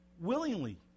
willingly